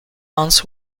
ons